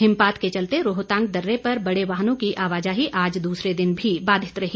हिमपात के चलते रोहतांग दर्रे पर बड़े वाहनों की आवाजाही आज दूसरे दिन भी बाधित रही